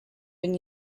been